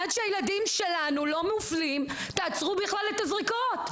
עד שהילדים שלנו לא מופלים תעצרו את הזריקות.